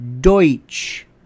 Deutsch